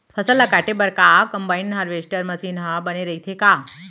फसल ल काटे बर का कंबाइन हारवेस्टर मशीन ह बने रइथे का?